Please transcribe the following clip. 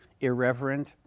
irreverent